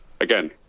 again